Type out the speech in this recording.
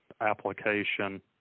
application